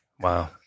Wow